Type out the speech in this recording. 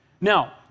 Now